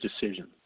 decision